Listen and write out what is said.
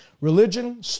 Religion